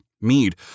Mead